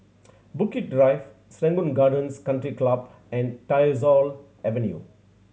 Bukit Drive Serangoon Gardens Country Club and Tyersall Avenue